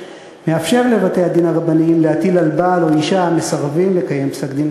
מאפשר לבתי-הדין הרבניים להטיל על בעל או אישה המסרבים לקיים פסק-דין